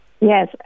Yes